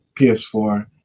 PS4